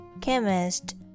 chemist